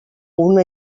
una